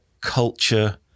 culture